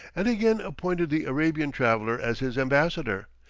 and again appointed the arabian traveller as his ambassador.